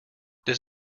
does